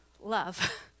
love